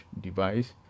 device